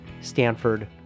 Stanford